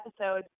episode